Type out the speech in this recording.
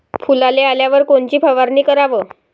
फुलाले आल्यावर कोनची फवारनी कराव?